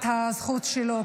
את הזכות שלו.